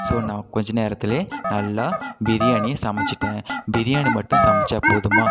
so நான் கொஞ்ச நேரத்துலயே நல்லா பிரியாணியை சமைச்சுவிட்டேன் பிரியாணி மட்டும் சமைச்சால் போதுமா